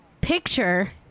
picture